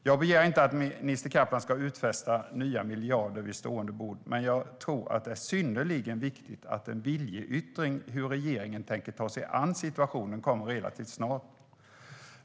Jag begär inte att minister Kaplan ska utfästa nya miljarder vid stående bord, men jag tror att det är synnerligen viktigt att en viljeyttring hur regeringen tänker ta sig an situationen kommer relativt snart.